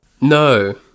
no